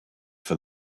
for